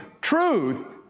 truth